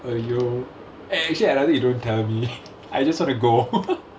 !aiyo! actually I rather you don't tell me I wanna go P_L